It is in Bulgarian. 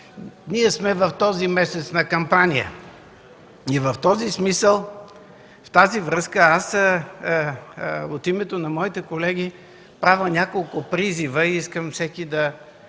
Ние сме в този месец на кампания и в тази връзка от името на моите колеги правя няколко призива и искам всеки да